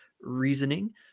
reasoning